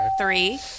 Three